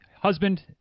husband